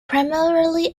primarily